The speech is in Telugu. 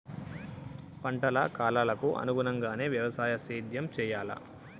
పంటల కాలాలకు అనుగుణంగానే వ్యవసాయ సేద్యం చెయ్యాలా?